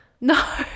No